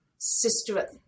sister